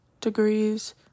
degrees